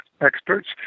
experts